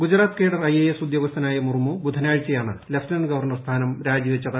Gujarat cadre IAS ഉദ്യോഗസ്ഥനായ മുർമു ബുധനാഴ്ചയാണ് lieutenant governor സ്ഥാനം രാജിവച്ചത്